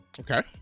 Okay